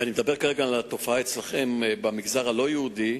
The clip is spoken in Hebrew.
ואני מדבר כרגע על התופעה אצלכם, במגזר הלא-יהודי,